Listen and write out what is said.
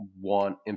want